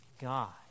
God